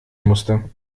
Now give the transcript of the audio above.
musste